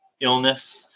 illness